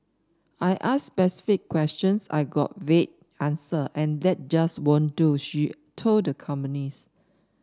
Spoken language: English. I asked specific questions I got vague answer and that just won't do she told the companies